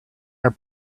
our